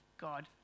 God